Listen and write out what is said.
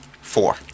Four